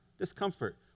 Discomfort